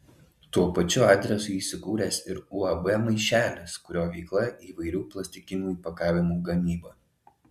tuo pačiu adresu įsikūręs ir uab maišelis kurio veikla įvairių plastikinių įpakavimų gamyba